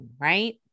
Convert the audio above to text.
Right